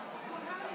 בצלאל,